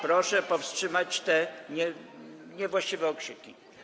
Proszę powstrzymać te niewłaściwe okrzyki.